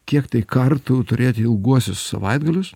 kiek tai kartų turėt ilguosius savaitgalius